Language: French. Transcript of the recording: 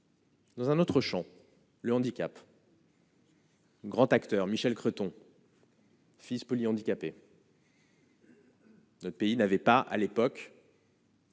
Dans un autre Champ le handicap. Grand acteur Michel Creton. Fils polyhandicapé. Le pays n'avait pas à l'époque.